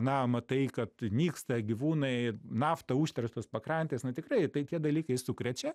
na matai kad nyksta gyvūnai nafta užterštos pakrantės na tikrai tai tie dalykai sukrečia